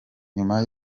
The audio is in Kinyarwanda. nyuma